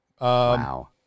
Wow